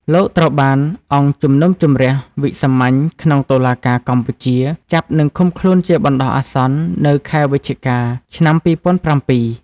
លោក ត្រូវបានអគ្គជំនុំជម្រះវិសាមញ្ញក្នុង តុលាការកម្ពុជាចាប់និងឃុំខ្លួនជាបណ្តោះអាសន្ននៅខែវិច្ឆិកា ឆ្នាំ២០០៧។